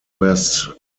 best